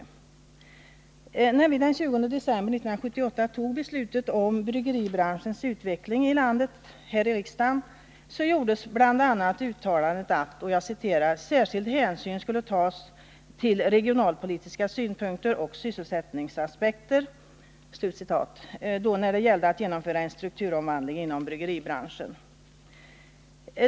När vi här i riksdagen den 20 december 1978 fattade beslutet om bryggeribranschens utveckling i landet gjordes bl.a. uttalandet att särskild hänsyn skulle tas till regionalpolitiska synpunkter och sysselsättningsaspekter när det gällde att genomföra en strukturomvandling inom bryggeribranschen.